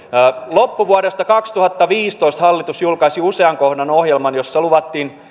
loppuvuodesta kaksituhattaviisitoista hallitus julkaisi usean kohdan ohjelman jossa luvattiin